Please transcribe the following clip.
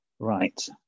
Right